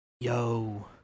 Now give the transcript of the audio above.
Yo